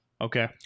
Okay